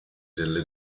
delle